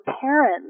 parents